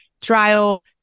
trial